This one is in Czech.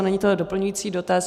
Není to doplňující dotaz.